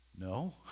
No